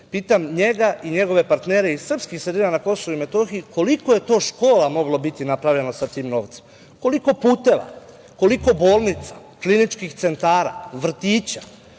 pitam njega i njegove partnere iz srpskih sredina na Kosovu i Metohiji – koliko je to škola moglo biti napravljeno sa tim novcem, koliko puteva, koliko bolnica, kliničkih centara, vrtića,